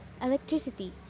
electricity